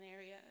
area